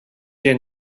did